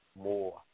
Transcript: more